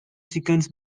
chickens